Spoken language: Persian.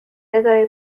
اداره